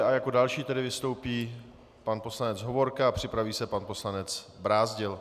Jako další vystoupí pan poslanec Hovorka a připraví se pan poslanec Brázdil.